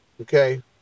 okay